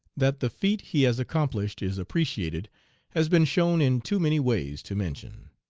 that the feat he has accomplished is appreciated has been shown in too many ways to mention.